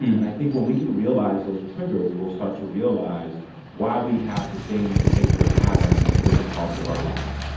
and i think when we can realize those triggers, we'll start to realize why we have the same behavior pattern in different parts of our life.